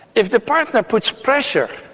if the partner puts pressure,